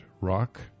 Rock